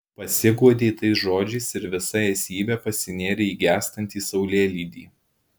pasiguodei tais žodžiais ir visa esybe pasinėrei į gęstantį saulėlydį